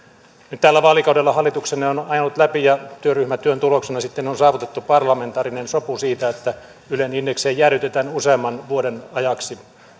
tällä vaalikaudella hallituksenne on on ajanut läpi ja työryhmätyön tuloksena sitten on saavutettu parlamentaarinen sopu siitä että ylen indeksiä jäädytetään useamman vuoden ajaksi